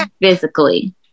physically